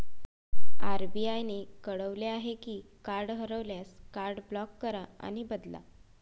RBI ने कळवले आहे की कार्ड हरवल्यास, कार्ड ब्लॉक करा आणि बदला